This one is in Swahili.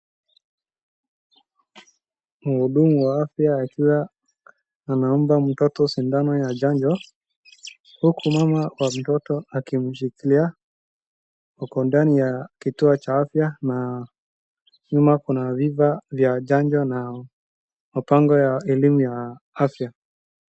Mhudumu wa aya akiwa anampa mtoto sindano ya chanjo huku mama wa mtoto akimshikilia. Wako ndani ya kituo cha afya na nyuma kuna vifaa vya chanjo na mpango wa elimu ya afya.